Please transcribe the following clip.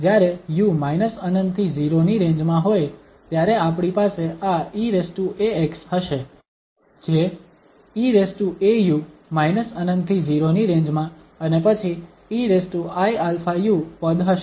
તેથી જ્યારે u ∞ થી 0 ની રેન્જ માં હોય ત્યારે આપણી પાસે આ eax હશે જે eau ∞ થી 0 ની રેન્જ માં અને પછી eiαu પદ હશે